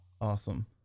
Awesome